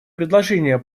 предложения